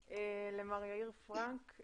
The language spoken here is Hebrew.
למר יאיר פרנק,